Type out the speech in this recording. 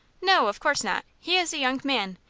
no of course not. he is a young man.